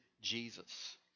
Jesus